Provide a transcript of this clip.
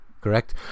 correct